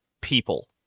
people